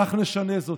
כך נשנה זאת.